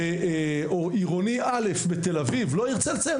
או עירוני א' בתל אביב לא ירצה לציין,